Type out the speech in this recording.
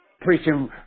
Preaching